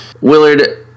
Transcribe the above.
Willard